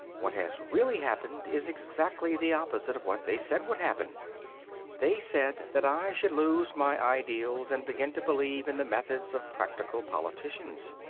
what has really happened is exactly the opposite of what they said would happen they said that i should lose my ideals and begin to believe in the methods of practical politicians.